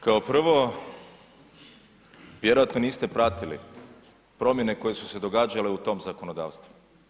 Kao prvo vjerojatno niste pratili promjene koje su se događale u tom zakonodavstvu.